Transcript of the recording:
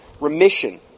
Remission